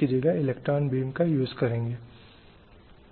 करार आया